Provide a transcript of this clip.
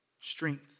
strength